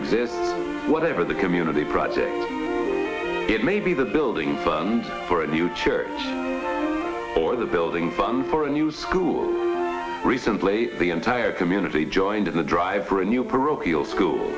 exists whatever the community projects it may be the building for a new church or the building fund for a new school recently the entire community joined in the drive for a new parochial school